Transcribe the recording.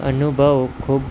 અનુભવ ખૂબ